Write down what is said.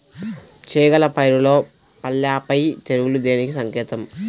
చేగల పైరులో పల్లాపై తెగులు దేనికి సంకేతం?